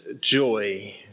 joy